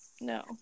No